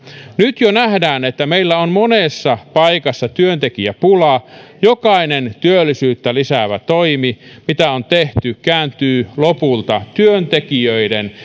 nyt jo nähdään että meillä on monessa paikassa työntekijäpulaa jokainen työllisyyttä lisäävä toimi mitä on tehty kääntyy lopulta työntekijöiden